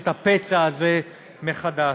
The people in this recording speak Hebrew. את הפצע הזה מחדש.